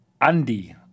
Andy